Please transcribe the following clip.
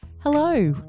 Hello